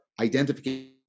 identification